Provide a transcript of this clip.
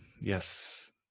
yes